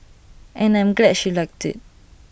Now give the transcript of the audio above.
and I'm glad she liked IT